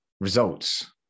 Results